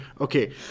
okay